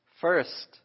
First